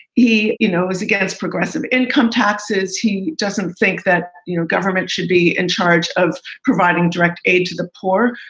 he you know was against progressive income taxes. he doesn't think that you know government should be in charge of providing direct aid to the poor.